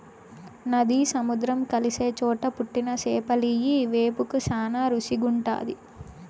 నది, సముద్రం కలిసే చోట పుట్టిన చేపలియ్యి వేపుకు శానా రుసిగుంటాది